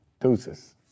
Deuces